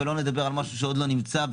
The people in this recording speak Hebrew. ולא נדבר על משהו שעוד לא נמצא,